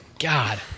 God